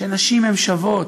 שנשים הן שוות,